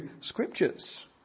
scriptures